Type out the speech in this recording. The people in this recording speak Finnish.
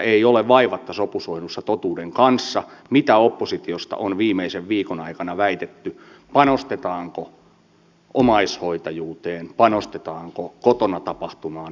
ei ole vaivatta sopusoinnussa totuuden kanssa mitä oppositiosta on viimeisen viikon aikana väitetty siitä panostetaanko omaishoitajuuteen panostetaanko kotona tapahtuvaan hoitoon ja hoivaan